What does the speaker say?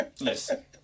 Listen